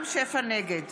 נגד